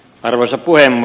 arvoisa puhemies